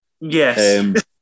Yes